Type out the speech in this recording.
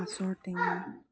মাছৰ টেঙা